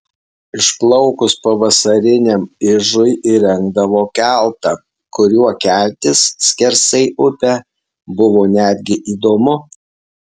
išplaukus pavasariniam ižui įrengdavo keltą kuriuo keltis skersai upę buvo netgi įdomu